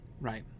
right